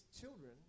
children